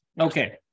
Okay